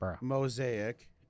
mosaic